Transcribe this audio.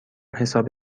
حساب